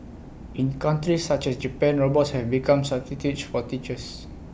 in countries such as Japan robots have become substitutes for teachers